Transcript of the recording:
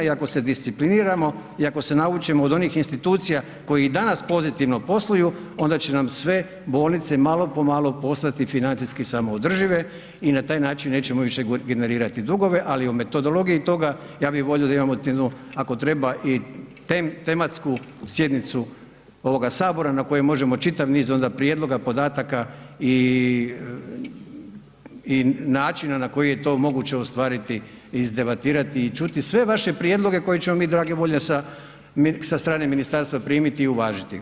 I ako se discipliniramo i ako se naučimo od onih institucija koji i danas pozitivno posluju onda će nam sve bolnice, malo po malo postati financijski samoodržive i na taj način nećemo više generirati dugove, ali o metodologiji toga ja bih volio da imamo jednu ako treba i tematsku sjednicu ovoga sabora na kojoj možemo čitav niz onda prijedloga, podataka i načina na koji je to moguće ostvariti izdebatirati i čuti sve vaše prijedloge koje ćemo mi drage volje sa strane ministarstva primiti i uvažiti.